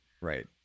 Right